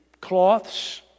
cloths